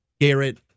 Garrett